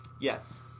yes